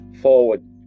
forward